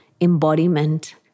embodiment